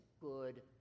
good